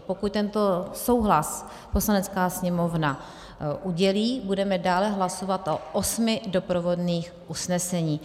Pokud tento souhlas Poslanecká sněmovna udělí, budeme dále hlasovat o osmi doprovodných usneseních.